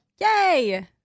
Yay